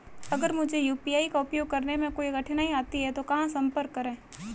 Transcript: अगर मुझे यू.पी.आई का उपयोग करने में कोई कठिनाई आती है तो कहां संपर्क करें?